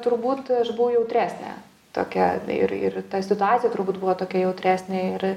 turbūt aš buvau jautresnė tokia ir ir ta situacija turbūt buvo tokia jautresnė ir